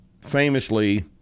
famously